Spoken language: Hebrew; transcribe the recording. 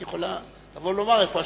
את יכולה לומר: איפה השוויוניות,